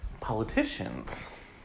politicians